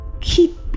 keep